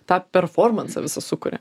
tą performansą visą sukuria